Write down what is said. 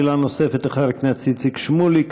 שאלה נוספת לחבר הכנסת איציק שמולי,